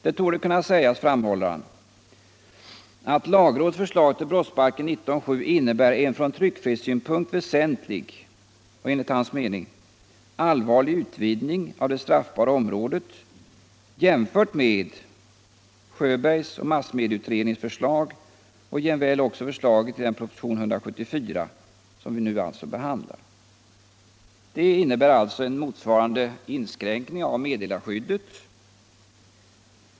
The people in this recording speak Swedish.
Det torde kunna sägas, menar han, att lagrådets förslag till brottsbalken 19:7 innebär en från tryckfrihetssynpunkt väsentlig och — enligt hans mening — allvarlig utvidgning av det straffbara området jämfört med Sjöbergs och massmedieutredningens förslag, jämväl med förslaget i den proposition nr 174 som vi nu behandlar. Detta innebär alltså en motsvarande inskränkning av med delarskyddet.